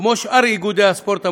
כמו שאר איגודי הספורט המוכרים,